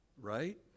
Right